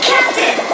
Captain